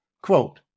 Quote